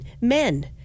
men